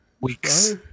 Weeks